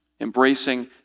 embracing